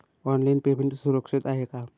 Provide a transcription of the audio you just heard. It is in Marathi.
ऑनलाईन पेमेंट सुरक्षित आहे का?